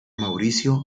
mauricio